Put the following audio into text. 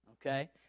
okay